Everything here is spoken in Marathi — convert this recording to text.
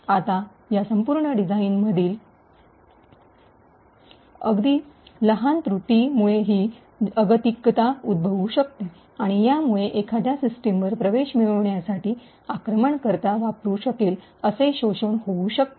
आता या संपूर्ण डिझाइनमधील अगदी लहान त्रुटीमुळेही अगतिकता उद्भवू शकते आणि यामुळे एखाद्या सिस्टमवर प्रवेश मिळविण्यासाठी आक्रमणकर्ता वापरू शकेल असे शोषण होऊ शकते